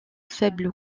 faible